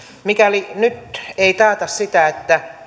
mikäli nyt ei taata sitä että